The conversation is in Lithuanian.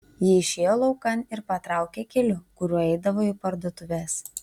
ji išėjo laukan ir patraukė keliu kuriuo eidavo į parduotuves